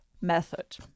method